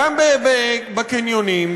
גם בקניונים,